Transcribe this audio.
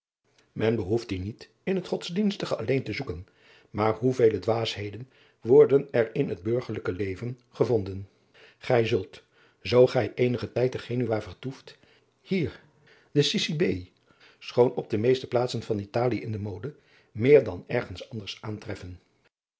men behoeft die niet in het godsdienstige alleen te zoeken maar hoevele dwaasheden worden er in het burgerlijke leven gevonden gij zult zoo gij eenigen tijd te genua vertoeft hier de cicisbeï schoon op de meeste plaatsen van italie in de mode meer dan ergens anders aantreffen